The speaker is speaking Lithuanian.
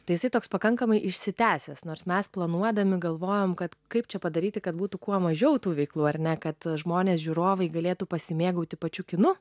tai jisai toks pakankamai išsitęsęs nors mes planuodami galvojome kad kaip čia padaryti kad būtų kuo mažiau tų veiklų ar ne kad žmonės žiūrovai galėtų pasimėgauti pačiu kinu